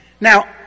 Now